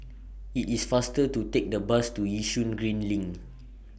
IT IS faster to Take The Bus to Yishun Green LINK